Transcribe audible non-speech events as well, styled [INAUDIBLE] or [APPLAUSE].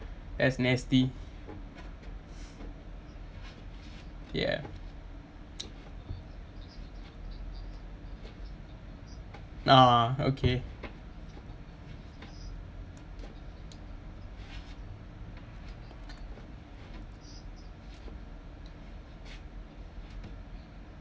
that's nasty ya [NOISE] nah okay